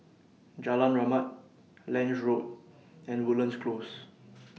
Jalan Rahmat Lange Road and Woodlands Close